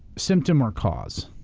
symptom or cause?